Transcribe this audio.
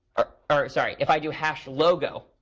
or or sorry, if i do hash logo,